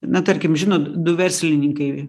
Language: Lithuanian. na tarkim žinot du verslininkai